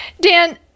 Dan